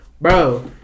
Bro